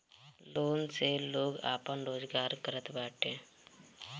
loan से लोग आपन रोजगार करत बाटे